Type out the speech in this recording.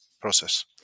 process